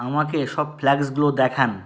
আমাকে সব ফ্লেক্সগুলো দেখান